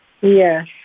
Yes